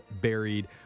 buried